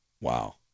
Wow